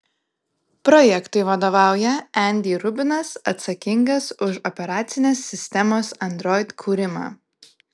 projektui vadovauja andy rubinas atsakingas už operacinės sistemos android kūrimą